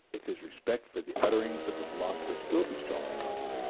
if his respect for the utterings of the philosophers still be strong enough,